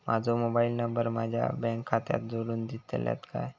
माजो mobile number माझ्या bank खात्याक जोडून दितल्यात काय?